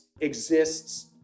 exists